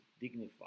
dignified